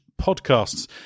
podcasts